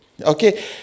Okay